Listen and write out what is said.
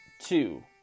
two